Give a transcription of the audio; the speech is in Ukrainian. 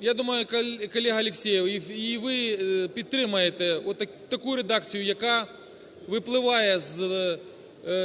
я думаю, колега Алексєєв, і ви підтримаєте таку редакцію, яка випливає з